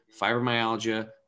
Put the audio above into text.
fibromyalgia